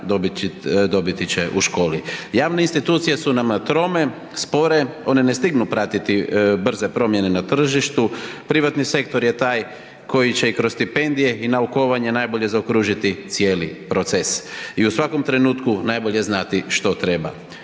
dobiti će u školi. Javne institucije su nama trome, spore, one ne stignu pratiti brze promjene na tržištu, privatni sektor je taj koji će i kroz stipendije i naukovanje najbolje zaokružiti cijeli proces i u svakom trenutku najbolje znati što treba